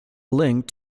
link